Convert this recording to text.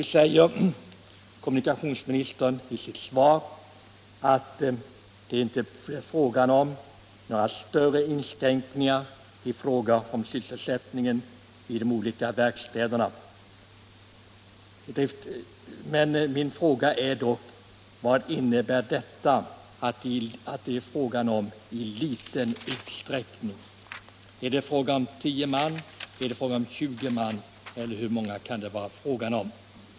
Nu säger kommunikationsministern i sitt svar att det inte är fråga om några större inskränkningar i sysselsättningen i de olika verkstäderna. Min fråga är då: Vad innebär detta uttryck ”i mycket litet utsträckning”? Betyder det tio man eller 20 eller hur många kan det vara fråga om?